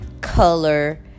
color